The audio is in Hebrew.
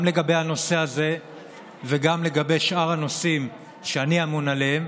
גם לגבי הנושא הזה וגם לגבי שאר הנושאים שאני ממונה עליהם,